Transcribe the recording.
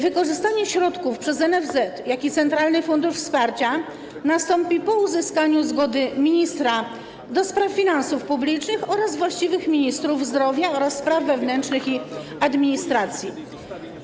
Wykorzystanie środków zarówno przez NFZ, jak i centralny fundusz wsparcia nastąpi po uzyskaniu zgody ministra ds. finansów publicznych, właściwych ministrów zdrowia oraz spraw wewnętrznych i administracji.